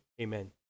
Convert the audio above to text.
Amen